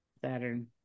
Saturn